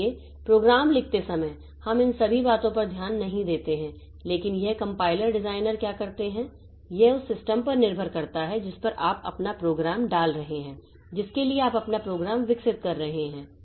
इसलिए प्रोग्राम लिखते समय हम इन सभी बातों पर ध्यान नहीं देते हैं लेकिन यह कंपाइलर डिज़ाइनर क्या करते हैं यह उस सिस्टम पर निर्भर करता है जिस पर आप अपना प्रोग्राम डाल रहे हैं जिसके लिए आप अपना प्रोग्राम विकसित कर रहे हैं